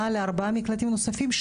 אנחנו כרגע בהתנעה לארבעה מקלטים נוספים,